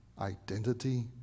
identity